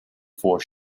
four